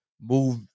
Move